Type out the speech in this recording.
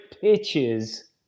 pitches